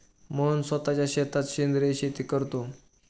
मोहन स्वतःच्या शेतात सेंद्रिय शेती करतो